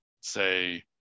say